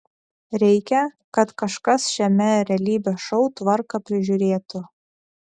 reikia kad kažkas šiame realybės šou tvarką prižiūrėtų